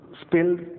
spilled